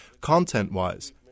Content-wise